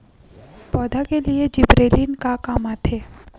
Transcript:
पौधा के लिए जिबरेलीन का काम आथे?